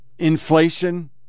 Inflation